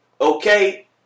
Okay